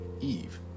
eve